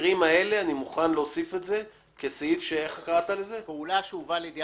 במקרים האלה אני מוכן להוסיף את זה כפעולה שהובאה לידיעת